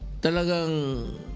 talagang